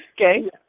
okay